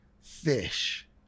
Fish